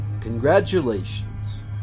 congratulations